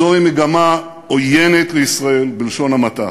זוהי מגמה עוינת לישראל בלשון המעטה: